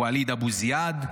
אבו זייד,